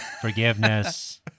forgiveness